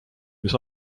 mis